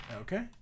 Okay